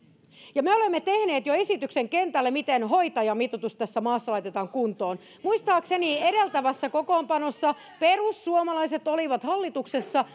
ja me olemme tehneet jo esityksen kentälle miten hoitajamitoitus tässä maassa laitetaan kuntoon muistaakseni edeltävässä kokoonpanossa perussuomalaiset olivat hallituksessa